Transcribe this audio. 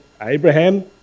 Abraham